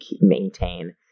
maintain